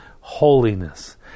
holiness